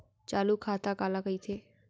चालू खाता काला कहिथे?